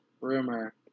rumor